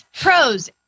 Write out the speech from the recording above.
Pros